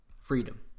freedom